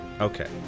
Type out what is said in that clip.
Okay